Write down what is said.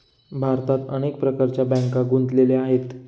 भारतात अनेक प्रकारच्या बँका गुंतलेल्या आहेत